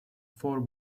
four